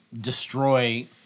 destroy